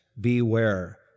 beware